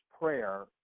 prayer